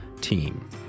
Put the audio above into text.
team